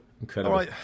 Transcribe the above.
Incredible